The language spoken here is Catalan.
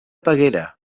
peguera